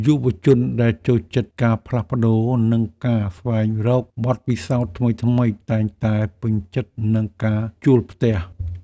យុវជនដែលចូលចិត្តការផ្លាស់ប្តូរ និងការស្វែងរកបទពិសោធន៍ថ្មីៗ តែងតែពេញចិត្តនឹងការជួលផ្ទះ។